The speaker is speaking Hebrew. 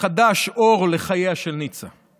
מחדש אור לחייה של ניצה.